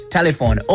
Telephone